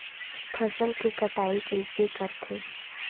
फसल के कटाई कइसे करथे?